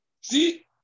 see